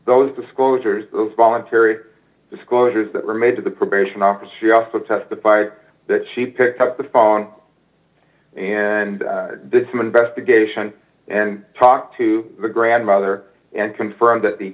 those disclosures voluntary disclosures that were made to the probation office she also testified that she picked up the phone and did some investigation and talked to d the grandmother and confirmed that the